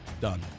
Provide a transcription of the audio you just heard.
Done